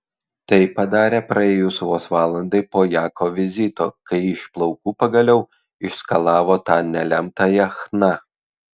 tai padarė praėjus vos valandai po jako vizito kai iš plaukų pagaliau išskalavo tą nelemtąją chna